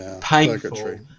painful